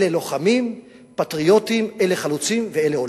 אלה לוחמים, פטריוטים, אלה חלוצים ואלה עולים.